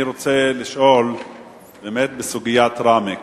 אני רוצה לשאול באמת בסוגיית ראמה.